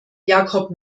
jacob